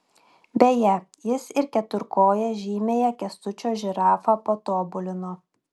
beje jis ir keturkoję žymiąją kęstučio žirafą patobulino